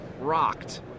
rocked